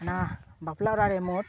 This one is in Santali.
ᱚᱱᱟ ᱵᱟᱯᱞᱟ ᱚᱲᱟᱜ ᱨᱮ ᱢᱳᱴ